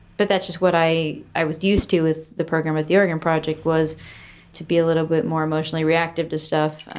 but that's just what i i was used to with the program, with the oregon project was to be a little bit more emotionally reactive to stuff.